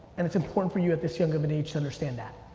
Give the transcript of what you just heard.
and it's important for you at this young of an age to understand that.